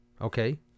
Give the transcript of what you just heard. Okay